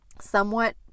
somewhat